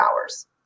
hours